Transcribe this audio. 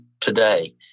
today